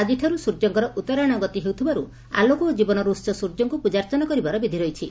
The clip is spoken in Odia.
ଆକିଠାରୁ ସ୍ୟର୍ଯ୍ୟଙ୍କର ଉଉରାୟଣ ଗତି ହେଉଥିବାରୁ ଆଲୋକ ଓ ଜୀବନର ଉସ ସୂର୍ଯ୍ୟଙ୍କୁ ପୂଜାର୍ଚ୍ଚନା କରିବାର ବିଧି ରହିଛି